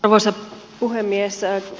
arvoisa puhemies sanoi